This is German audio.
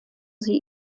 sie